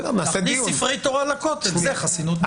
להכניס ספרי תורה לכותל, זה חסינות מהותית.